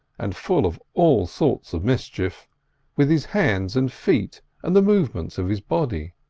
and full of all sorts of mischief with his hands and feet and the movements of his body.